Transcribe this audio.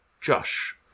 Josh